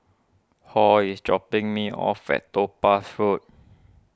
Hall is dropping me off at Topaz Road